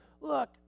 look